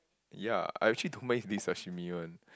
ya I actually don't mind eating sashimi one